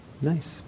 Nice